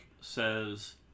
says